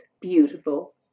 beautiful